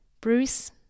Bruce